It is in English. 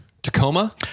Tacoma